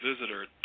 visitor